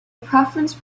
preference